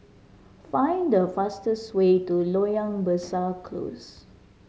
find the fastest way to Loyang Besar Close